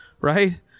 right